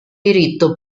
diritto